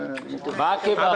מה עקב אכילס במכרז?